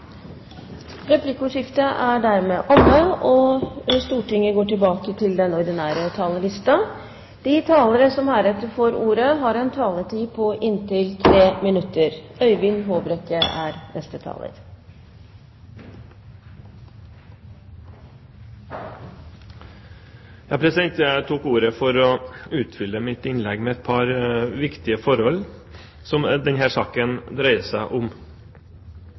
Replikkordskiftet er dermed omme. De talere som heretter får ordet, har en taletid på inntil 3 minutter. Jeg tok ordet for å utfylle mitt innlegg med et par viktige forhold som denne saken dreier seg om.